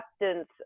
acceptance